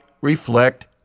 reflect